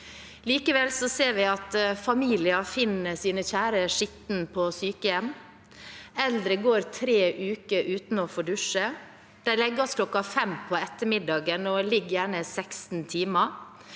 Likevel ser vi at familier finner sine kjære skitne på sykehjem. Eldre går tre uker uten å få dusje. De legges kl. 17 på ettermiddagen og ligger gjerne 16 timer.